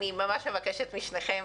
אני ממש מבקשת משניכם,